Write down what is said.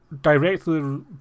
directly